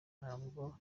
ntabwo